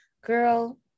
girl